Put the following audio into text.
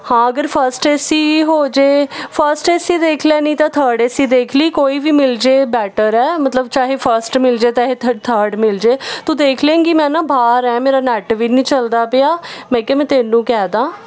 ਹਾਂ ਅਗਰ first A C ਹੋ ਜਾਏ ਫਸਟ ਏ ਸੀ ਦੇਖ ਲਈਂ ਤਾਂ ਥਰਡ ਏ ਸੀ ਦੇਖ ਲਈਂ ਕੋਈ ਵੀ ਮਿਲ ਜਾਏ ਬੈਟਰ ਹੈ ਮਤਲਬ ਚਾਹੇ ਫਸਟ ਮਿਲ ਜਾਏ ਚਾਹੇ ਥਰਡ ਮਿਲ ਜਾਏ ਤੂੰ ਦੇਖ ਲਏਂਗੀ ਮੈਂ ਨਾ ਬਾਹਰ ਹਾਂ ਮੇਰਾ ਨੈਟ ਵੀ ਨਹੀਂ ਚਲਦਾ ਪਿਆ ਮੈਂ ਕਿਹਾ ਮੈਂ ਤੈਨੂੰ ਕਹਿ ਦੇਵਾਂ